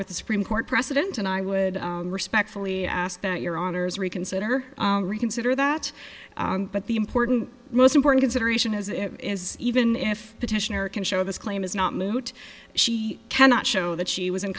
with the supreme court precedent and i would respectfully ask that your honour's reconsider reconsider that but the important most important consideration as it is even if petitioner can show this claim is not moot she cannot show that she was in